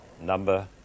number